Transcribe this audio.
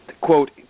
Quote